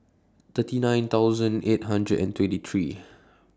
thirty nine thousand eight hundred and twenty three